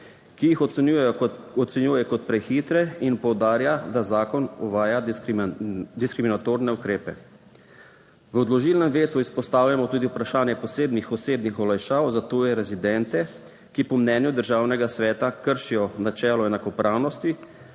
ki jih ocenjuje kot prehitre in poudarja, da zakon uvaja diskriminatorne ukrepe. V odložilnem vetu izpostavljamo tudi vprašanje posebnih osebnih olajšav za tuje rezidente, ki po mnenju Državnega sveta kršijo načelo enakopravnosti,